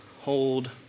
hold